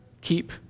keep